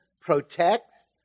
protects